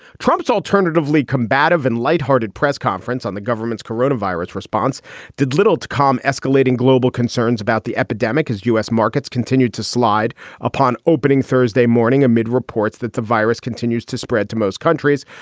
trump's alternatively combative and lighthearted press conference on the government's corona virus response did little to calm escalating global concerns about the epidemic as u s. markets continued to slide upon opening thursday morning amid reports that the virus continues to spread to most countries.